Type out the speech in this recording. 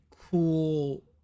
cool